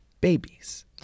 babies